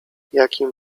jakim